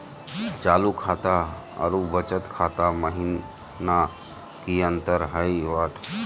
चालू खाता अरू बचत खाता महिना की अंतर हई?